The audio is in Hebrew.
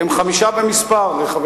כל הערוצים, הם חמישה במספר, חבר